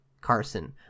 Carson